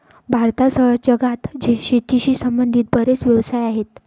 भारतासह जगात शेतीशी संबंधित बरेच व्यवसाय आहेत